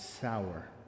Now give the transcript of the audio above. sour